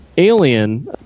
Alien